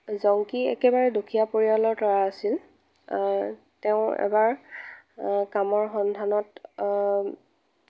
জংকি একেবাৰে দুখীয়া পৰিয়ালৰ ল'ৰা আছিল তেওঁ এবাৰ কামৰ সন্ধানত